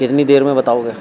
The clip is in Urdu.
کتنی دیر میں بتاؤ گے